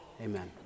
Amen